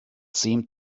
seemed